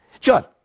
John